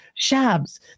Shabs